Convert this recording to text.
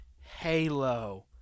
Halo